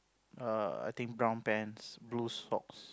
err I think brown pants blue socks